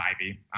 Ivy